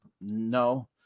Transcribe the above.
No